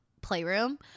playroom